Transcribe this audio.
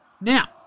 Now